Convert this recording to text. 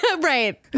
Right